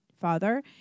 father